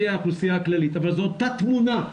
יהיה האוכלוסייה הכללית אותה תמונה,